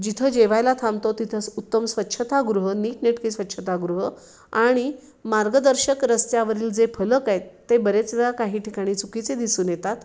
जिथं जेवायला थांबतो तिथं स् उत्तम स्वच्छतागृह नीटनेटकी स्वच्छतागृह आणि मार्गदर्शक रस्त्यावरील जे फलक आहेत ते बरेच वेळा काही ठिकाणी चुकीचे दिसून येतात